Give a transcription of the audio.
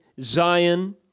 Zion